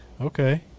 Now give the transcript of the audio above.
Okay